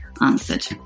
answered